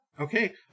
Okay